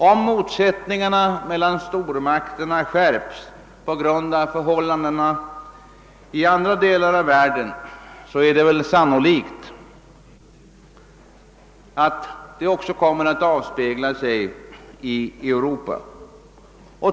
Om motsättningarna mellan stormakterna skärps på grund av förhållandena i andra delar av världen är det väl sannolikt att detta förhållande också kommer att avspegla sig i Europa.